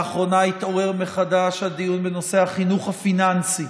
לאחרונה התעורר מחדש הדיון בנושא החינוך הפיננסי.